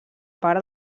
part